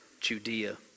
Judea